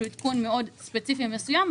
שהוא עדכון מאוד ספציפי מסוים,